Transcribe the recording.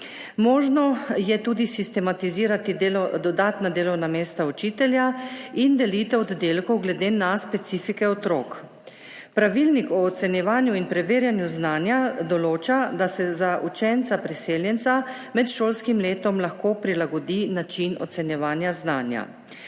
Možno je tudi sistematizirati dodatna delovna mesta učitelja in delitev oddelkov glede na specifike otrok. Pravilnik o ocenjevanju in preverjanju znanja določa, da se za učenca priseljenca med šolskim letom lahko prilagodi način ocenjevanja znanja.